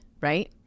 right